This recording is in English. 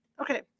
Okay